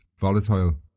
volatile